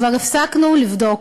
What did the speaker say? כבר הפסקנו לבדוק.